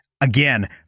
again